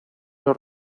los